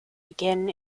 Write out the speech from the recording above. begin